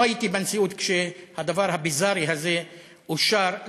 לא הייתי בנשיאות כשהדבר הביזארי הזה אושר,